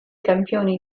campioni